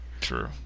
True